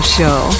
Show